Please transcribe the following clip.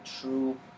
true